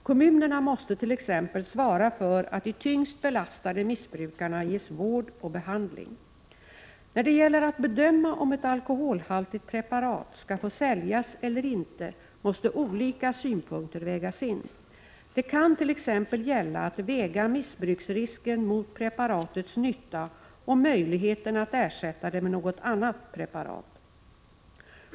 Kommunerna måste t.ex. svara för att de tyngst belastade missbrukarna ges vård och behandling. När det gäller att bedöma om ett alkoholhaltigt preparat skall få säljas eller inte måste olika synpunkter vägas samman. Det kan t.ex. gälla att väga missbruksrisken mot preparatets nytta och möjligheten att ersätta det med något annat preparat.